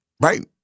right